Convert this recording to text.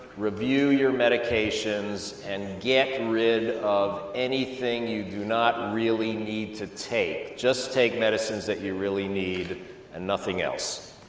review your medications and get and rid of anything you do not really need to take. just take medicines that you really need and nothing else.